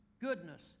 goodness